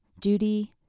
duty